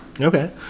Okay